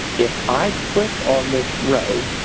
if i click on this row,